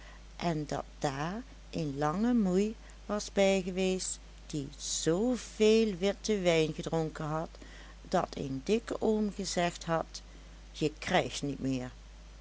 en dat daar een lange moei was bijgeweest die zveel witten wijn gedronken had dat een dikke oom gezegd had je krijgt niet meer